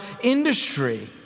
industry